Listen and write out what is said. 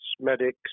medics